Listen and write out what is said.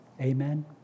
Amen